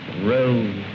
rose